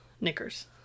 Knickers